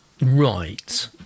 right